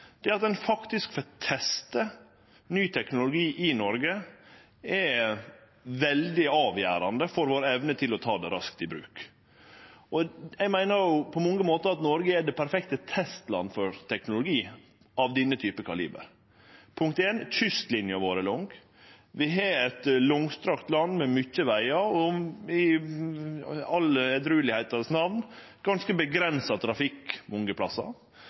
vi også ein viktig regulator. Det at ein faktisk får teste ny teknologi i Noreg, er veldig avgjerande for evna vår til å ta han raskt i bruk. Eg meiner at Noreg på mange måtar er det perfekte testlandet for teknologi av denne typen kaliber. Kystlinja vår er lang. Vi har eit langstrakt land med mange vegar, og – i edruskapens namn – mange plassar